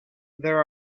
there